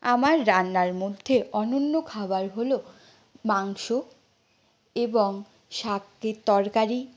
আমার রান্নার মধ্যে অনন্য খাবার হল মাংস এবং শাক দিয়ে তরকারি